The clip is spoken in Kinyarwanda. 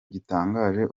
gitangaje